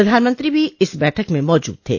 प्रधानमंत्री भी इस बैठक में मौजूद थे